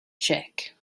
check